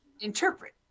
interpret